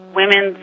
women